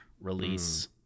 release